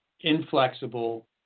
inflexible